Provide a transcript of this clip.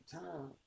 time